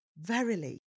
verily